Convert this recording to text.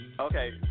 Okay